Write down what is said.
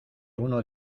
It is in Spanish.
uno